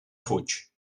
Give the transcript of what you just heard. fuig